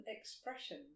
expression